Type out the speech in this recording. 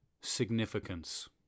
Significance